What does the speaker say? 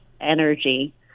energy